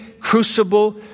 crucible